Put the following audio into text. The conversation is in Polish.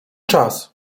czas